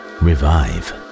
revive